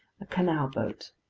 a canal boat